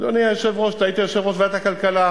אדוני היושב-ראש, אתה היית יושב-ראש ועדת הכלכלה.